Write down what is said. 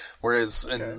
whereas